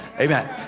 Amen